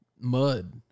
mud